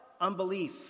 Unbelief